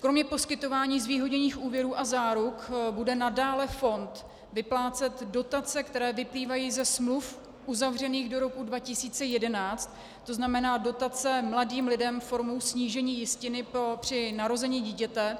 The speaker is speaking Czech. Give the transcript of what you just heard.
Kromě poskytování zvýhodněných úvěrů a záruk bude nadále fond vyplácet dotace, které vyplývají ze smluv uzavřených do roku 2011, tzn. dotace mladým lidem formou snížení jistiny při narození dítěte,